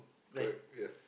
correct yes